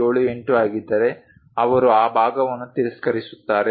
78 ಆಗಿದ್ದರೆ ಅವರು ಆ ಭಾಗವನ್ನು ತಿರಸ್ಕರಿಸುತ್ತಾರೆ